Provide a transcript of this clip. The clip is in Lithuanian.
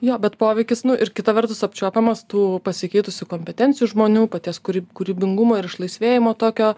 jo bet poveikis nu ir kita vertus apčiuopiamas tų pasikeitusių kompetencijų žmonių paties kuri kūrybingumo ir išlaisvėjimo tokio